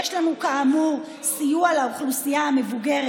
יש לנו כאמור סיוע לאוכלוסייה המבוגרת,